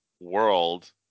world